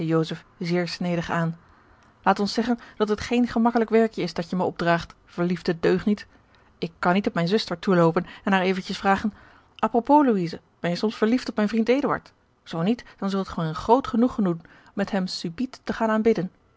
zeer snedig aan laat ons zeggen dat het geen gemakkelijk werkje is dat je mij opdraagt verliefde deugniet ik kan niet op mijne zuster toeloopen en haar eventjes vragen a propos louise ben je soms verliefd op mijn vriend eduard zoo niet dan zult ge mij een groot genoegen doen met hem subiet te gaan aanbidden